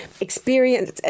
experience